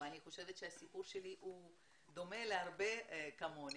אני חושבת שהסיפור שלי דומה להרבה סיפורים.